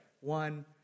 one